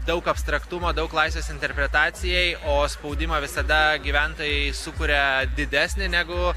daug abstraktumo daug laisvės interpretacijai o spaudimą visada gyventojai sukuria didesnį negu